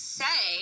say